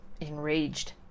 enraged